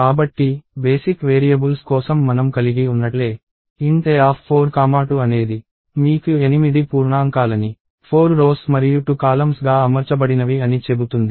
కాబట్టి basic variables కోసం మనం కలిగి ఉన్నట్లే Int A42 అనేది మీకు 8 పూర్ణాంకాలు ని 4 రోస్ మరియు 2 కాలమ్స్ గా అమర్చబడినవి అని చెబుతుంది